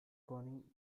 conning